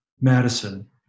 Madison